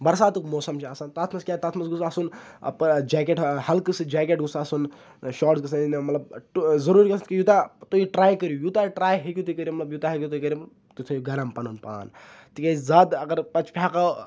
برساتُک موسَم چھُ آسان تَتھ منٛز کیاہ تَتھ منٛز گوٚژھ آسُن جیکیٹ حلکہٕ سُہ جیکیٹ گوٚژھ آسُن شاٹ گژھن کہِ مطلب ضروٗرت کہِ یوٗتاہ تُہۍ ٹرے کٔریو یوٗتاہ ٹرے ہیٚکِو تُہۍ کٔرِتھ مطلب یوٗتاہ ہیٚکِو تُہۍ کٔرِتھ تُہۍ تھٲووِ گرُم پَنُن پان تِکیازِ زیادٕ اگر پَتہٕ چھُنہٕ ہیٚکان